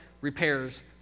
repairs